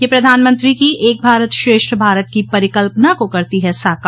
यह प्रधानमंत्री के एक भारत श्रेष्ठ भारत की परिकल्पना को करती है साकार